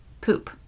poop